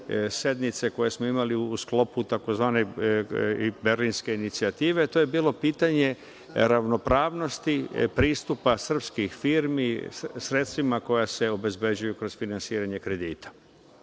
sednice koje smo imali u sklopu tzv. Berlinske inicijative, to je bilo pitanje ravnopravnosti pristupa srpskih firmi sredstvima koja se obezbeđuju kroz finansiranje kredita.